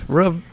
rub